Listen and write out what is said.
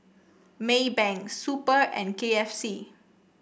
Maybank Super and K F C